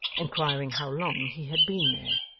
inquiring how long he had been there.